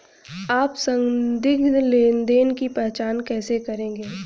आप संदिग्ध लेनदेन की पहचान कैसे करेंगे?